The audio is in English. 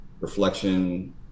reflection